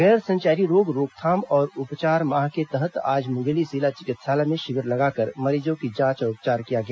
गैर संचारी रोग रोकथाम और उपचार माह के तहत आज मुंगेली जिला चिकित्सालय में शिविर लगाकर मरीजों की जांच और उपचार किया गया